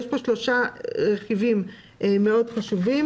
יש פה שלושה רכיבים חשובים מאוד.